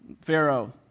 Pharaoh